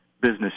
business